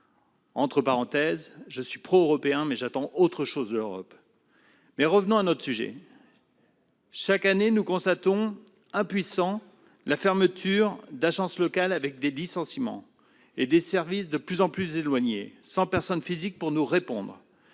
banques par internet- je suis pro-européen, mais j'attends autre chose de l'Europe. Revenons à notre sujet ! Chaque année, nous constatons, impuissants, des fermetures d'agences locales, des licenciements et des services de plus en plus éloignés, sans personne physique pour nous répondre.